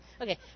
Okay